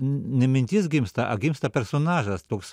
ne mintis gimsta a gimsta personažas toks